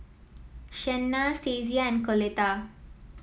Shenna Stacia and Coletta